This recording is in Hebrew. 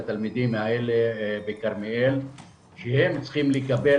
לתלמידים האלה בכרמיאל שהם צריכים לקבל